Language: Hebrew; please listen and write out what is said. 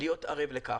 להיות ערב לכך.